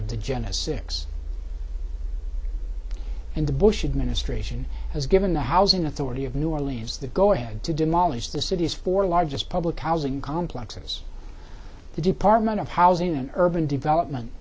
of the genesis ix and the bush administration has given the housing authority of new orleans the go ahead to demolish the city's four largest public housing complexes the department of housing and urban development